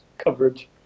coverage